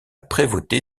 prévôté